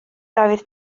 dafydd